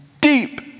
deep